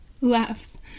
Laughs